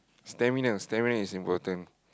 stamina stamina is important